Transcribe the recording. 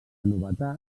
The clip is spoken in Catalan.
novetat